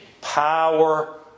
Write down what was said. power